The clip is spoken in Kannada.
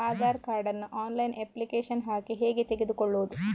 ಆಧಾರ್ ಕಾರ್ಡ್ ನ್ನು ಆನ್ಲೈನ್ ಅಪ್ಲಿಕೇಶನ್ ಹಾಕಿ ಹೇಗೆ ತೆಗೆದುಕೊಳ್ಳುವುದು?